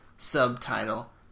Subtitle